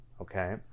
okay